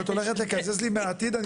אם